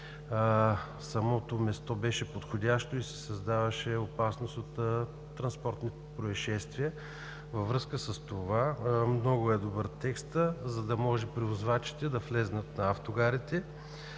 самото място беше подходящо и се създаваше опасност от транспортни произшествия. Във връзка с това текстът е много добър, за да могат превозвачите да влязат на автогарите,